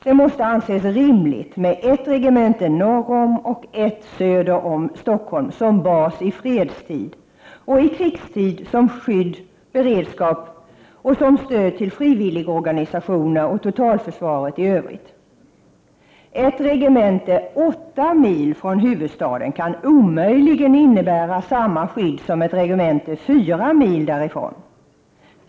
Det måste anses rimligt med ett regemente norr om och ett söder om Stockholm som bas i fredstid, och i krigstid som skydd, beredskap och stöd till frivilligorganisationer och totalförsvaret i övrigt. Ett regemente åtta mil från huvudstaden kan omöjligen innebära samma skydd som ett regemente fyra mil därifrån.